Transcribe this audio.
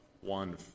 one